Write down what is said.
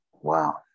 Wow